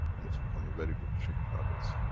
and it's become a very good trick, nowadays.